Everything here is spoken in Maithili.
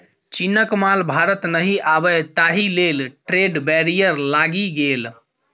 चीनक माल भारत नहि आबय ताहि लेल ट्रेड बैरियर लागि गेल